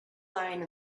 lying